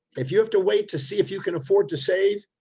if you have to wait to see if you can afford to save,